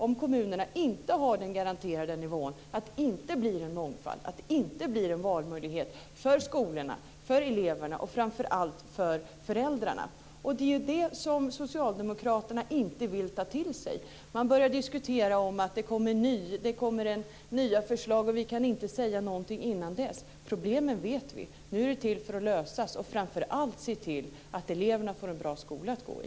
Om kommunerna inte har den garanterade nivån innebär det att det inte blir en mångfald och att det inte blir en valmöjlighet för skolorna, för eleverna och framför allt för föräldrarna. Det är detta som socialdemokraterna inte vill ta till sig. De börjar diskutera att det kommer nya förslag och att de inte kan säga någonting innan dess. Vi vet vad som är problemet. Nu måste det lösas. Och framför allt måste man se till att eleverna får en bra skola att gå i.